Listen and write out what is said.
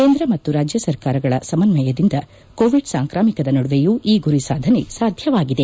ಕೇಂದ್ರ ಮತ್ತು ರಾಜ್ಯ ಸರ್ಕಾರಗಳ ಸಮನ್ನಯತೆಯಿಂದ ಕೋವಿಡ್ ಸಾಂಕ್ರಾಮಿಕ ನಡುವೆಯೂ ಈ ಗುರಿ ಸಾಧನೆ ಸಾಧ್ಯವಾಗಿದೆ